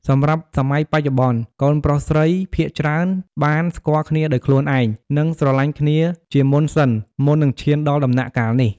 សម្រាប់សម័យបច្ចុប្បន្ន កូនប្រុសស្រីភាគច្រើនបាន ស្គាល់គ្នាដោយខ្លួនឯង និងស្រឡាញ់គ្នាជាមុនសិន មុននឹងឈានដល់ដំណាក់កាលនេះ។